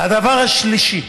הדבר השלישי,